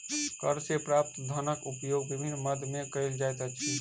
कर सॅ प्राप्त धनक उपयोग विभिन्न मद मे कयल जाइत अछि